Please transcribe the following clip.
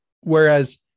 Whereas